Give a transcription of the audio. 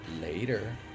Later